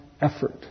effort